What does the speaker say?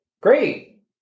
Great